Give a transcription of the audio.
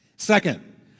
Second